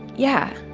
yeah,